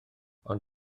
ond